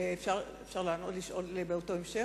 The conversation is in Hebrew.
אפשר לשאול שאלה בהמשך?